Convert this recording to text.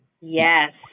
Yes